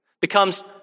becomes